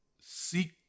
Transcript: seek